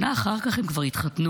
שנה אחר כך הם כבר התחתנו,